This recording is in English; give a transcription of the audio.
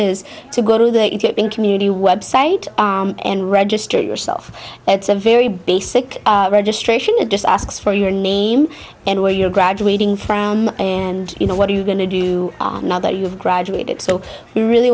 is to go to the community website and register yourself it's a very basic registration it just asks for your name and where you're graduating from and you know what are you going to do now that you've graduated so you really